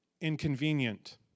inconvenient